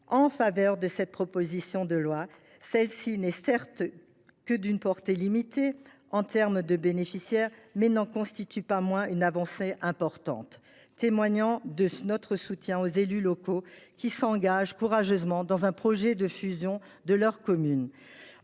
en faveur de cette proposition de loi. Certes, celle ci est d’une portée limitée en termes de nombre de bénéficiaires, mais elle n’en constitue pas moins une avancée importante, témoignant de notre soutien aux élus locaux qui s’engagent courageusement dans un projet de fusion de leurs communes.